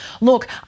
Look